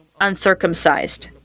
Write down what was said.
uncircumcised